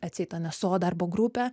atseit nso darbo grupę